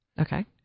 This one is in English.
Okay